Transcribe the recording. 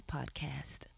Podcast